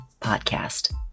Podcast